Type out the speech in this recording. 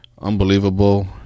unbelievable